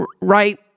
right